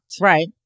Right